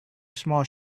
small